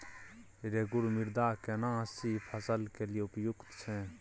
रेगुर मृदा केना सी फसल के लिये उपयुक्त छै?